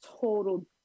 Total